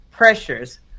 pressures